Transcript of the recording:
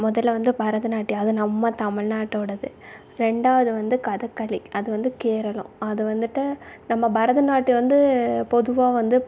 முதல்ல வந்து பரதநாட்டியம் அது நம்ம தமிழ்நாட்டோடது ரெண்டாவது வந்து கதகளி அது வந்து கேரளம் அது வந்துட்டு நம்ம பரதநாட்டியம் வந்து பொதுவாக வந்து